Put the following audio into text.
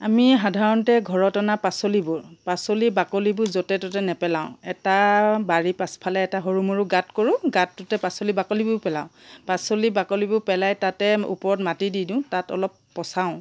আমি সাধাৰণতে ঘৰত অনা পাচলিবোৰ পাচলি বাকলিবোৰ য'তে ত'তে নেপেলাওঁ এটা বাৰীৰ পাছফালে এটা সৰু মৰু গাঁত কৰোঁ গাঁতটোতে পাচলি বাকলিবোৰ পেলাওঁ পাচলিৰ বাকলিবোৰ পেলাই তাতে ওপৰত মাটি দি দিওঁ তাত অলপ পচাওঁ